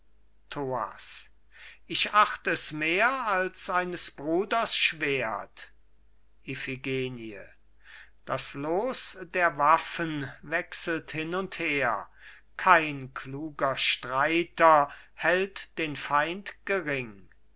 ich acht es mehr als eines bruders schwert iphigenie das loos der waffen wechselt hin und her kein kluger streiter hält den feind gering